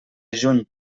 juny